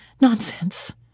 Nonsense